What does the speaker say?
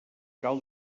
cal